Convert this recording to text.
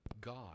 God